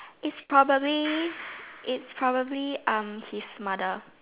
is probably is probably um his mother